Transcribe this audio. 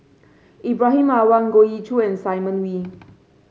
Ibrahim Awang Goh Ee Choo and Simon Wee